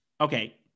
Okay